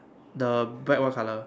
the bag what colour